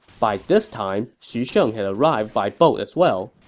by this time, xu sheng had arrived by boat as well.